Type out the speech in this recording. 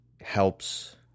helps